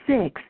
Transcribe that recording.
Six